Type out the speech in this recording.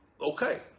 okay